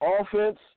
offense